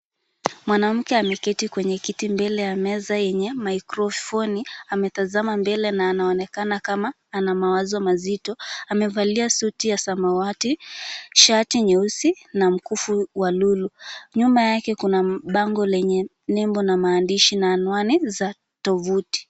Mwanamke ameketi kwenye kiti mbele ya meza yenye mikrofoni ametazama mbele na anaonekana kama ana mawazo mazito, amevalia suti ya samawati, shati nyeusi, na mkufu wa lulu, nyuma yake kuna bango lenye nembo na maaandishi na anwani za tovuti.